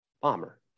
bomber